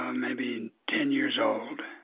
um maybe ten years old.